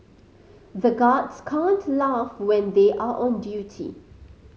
the guards can't laugh when they are on duty